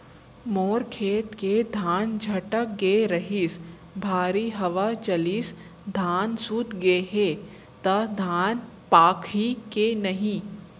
मोर खेत के धान छटक गे रहीस, भारी हवा चलिस, धान सूत गे हे, त धान पाकही के नहीं?